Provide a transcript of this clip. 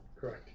Correct